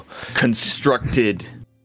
constructed